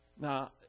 Now